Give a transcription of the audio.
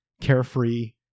carefree